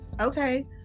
Okay